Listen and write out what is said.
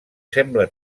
sembla